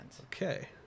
Okay